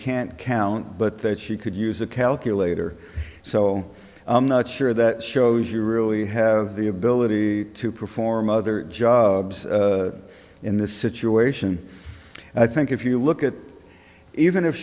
can't count but that she could use a calculator so i'm not sure that shows you really have the ability to perform other jobs in this situation i think if you look at even if